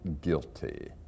guilty